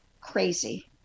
crazy